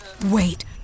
wait